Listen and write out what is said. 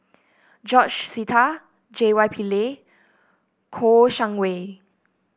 George Sita J Y Pillay Kouo Shang Wei